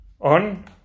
on